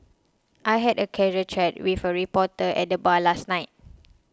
I had a casual chat with a reporter at the bar last night